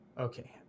Okay